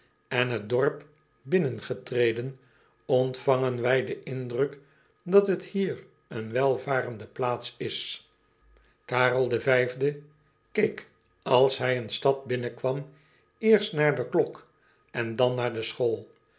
en het dorp binnengetreden ontvangen wij den indruk dat het hier een welvarende plaats is arel keek als hij een stad binnenkwam eerst naar de klok en dan naar de school